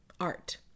art